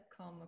come